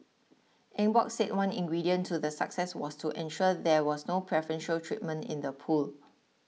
Eng Bock said one ingredient to the success was to ensure there was no preferential treatment in the pool